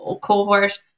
cohort